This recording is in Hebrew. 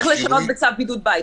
צריך לשנות בצו בידוד בית.